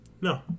No